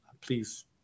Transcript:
please